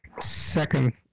second